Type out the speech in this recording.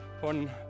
von